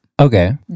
Okay